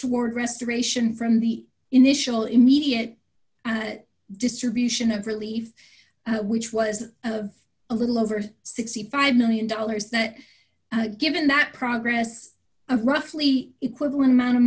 toward restoration from the initial immediate distribution of relief which was of a little over sixty five million dollars that given that progress of roughly equivalent amount of